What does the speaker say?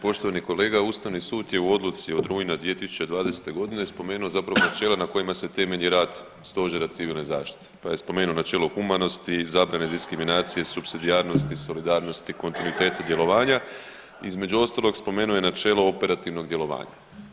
Poštovani kolega, ustavni sud je u odluci od rujna 2020.g. spomenuo zapravo načela na kojima se temelji rad Stožera civilne zašite, pa je spomenuo načelo humanosti, … [[Govornik se ne razumije]] diskriminacije, supsidijarnosti, solidarnosti, kontinuiteta djelovanja, između ostalog spomenuo je načelo operativnog djelovanja.